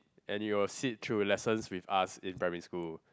and it would sit through lessons with us in primary school